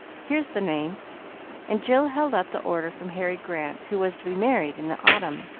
here's the name and jill held up the order from harry grant, who was to be married in the autumn.